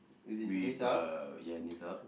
with uh yeah knees up